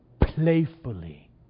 playfully